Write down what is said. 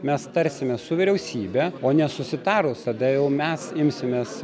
mes tarsimės su vyriausybe o nesusitarus tada jau mes imsimės